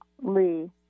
Lee